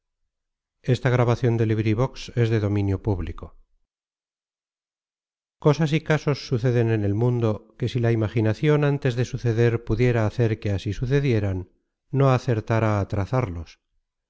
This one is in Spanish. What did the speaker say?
cosas y casos suceden en el mundo que si la imaginacion antes de suceder pudiera hacer que así sucedieran no acertara